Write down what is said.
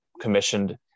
commissioned